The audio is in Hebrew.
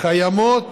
קיימות